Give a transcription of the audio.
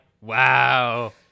wow